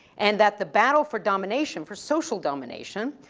and that the battle for domination, for social domination,